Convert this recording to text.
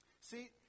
See